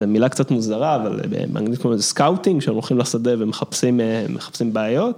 ‫זו מילה קצת מוזרה, ‫אבל באנגלית קוראים לזה סקאוטינג, ‫שהם הולכים לשדה ומחפשים בעיות.